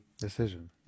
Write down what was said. decision